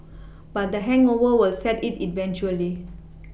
but the hangover was set in eventually